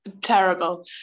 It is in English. terrible